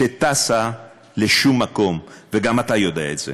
שטסה לשום מקום, וגם אתה יודע את זה.